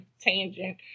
tangent